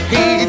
Hey